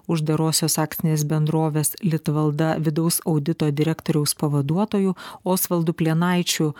uždarosios akcinės bendrovės litvalda vidaus audito direktoriaus pavaduotoju osvaldu plienaičiu